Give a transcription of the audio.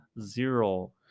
Zero